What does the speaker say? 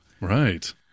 Right